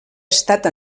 estat